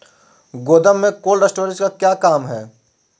गोडम में cold storage का क्या काम है?